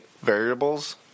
variables